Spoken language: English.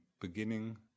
beginning